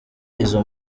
izo